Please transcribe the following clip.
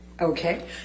okay